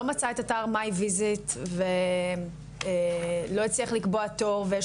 לא מצא את אתר מיי ויזיט ולא הצליח לקבוע תור ויש